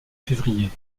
février